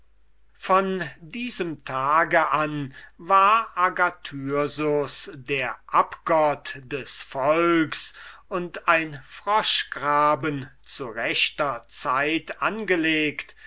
von diesem tage an war agathyrsus der abgott des volks und ein froschgraben zu rechter zeit angelegt